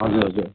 हजुर हजुर